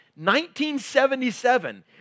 1977